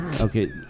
Okay